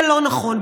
זה לא נכון.